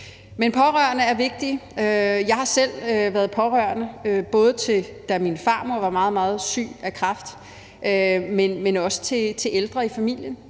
Men pårørende er vigtige. Jeg har selv været pårørende, både da min farmor var meget, meget syg af kræft, men også til ældre i familien,